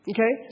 Okay